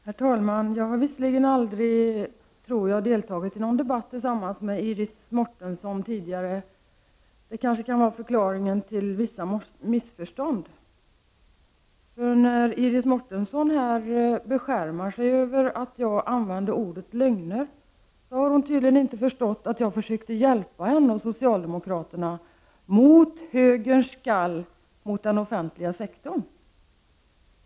Herr talman! Visserligen tror jag att jag aldrig tidigare har deltagit i någon debatt tillsammans med Iris Mårtensson. Detta kan kanske vara förklaringen till vissa missförstånd. När Iris Mårtensson beskärmar sig över att jag använde ordet lögner har hon tydligen inte förstått att jag försökte hjälpa henne och socialdemokraterna mot högerns skall mot den offentliga sektorn.